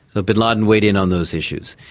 ah bin laden weighed in on those issues.